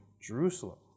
Jerusalem